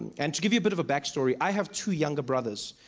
and to give you a bit of a back-story i have two younger brothers,